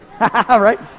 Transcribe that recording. Right